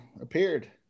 appeared